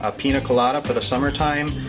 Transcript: ah pina colada for the summer time,